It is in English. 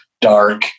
dark